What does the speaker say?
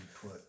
put